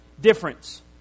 difference